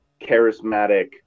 charismatic